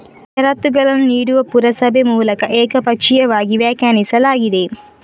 ಷರತ್ತುಗಳನ್ನು ನೀಡುವ ಪುರಸಭೆ ಮೂಲಕ ಏಕಪಕ್ಷೀಯವಾಗಿ ವ್ಯಾಖ್ಯಾನಿಸಲಾಗಿದೆ